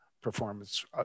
performance